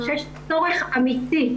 כשיש צורך אמיתי,